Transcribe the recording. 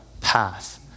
path